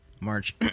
march